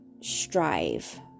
strive